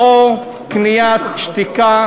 או קניית שתיקה